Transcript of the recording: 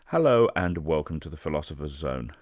hello, and welcome to the philosopher's zone,